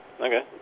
Okay